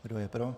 Kdo je pro?